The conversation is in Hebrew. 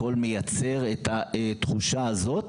הכול מייצר את התחושה הזאת,